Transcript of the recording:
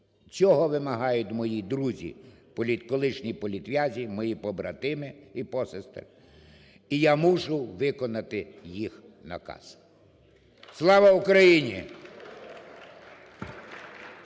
Цього вимагають мої друзі, колишні політв'язні, мої побратими і посестри, і я мушу виконати їх наказ. (Оплески) Слава Україні!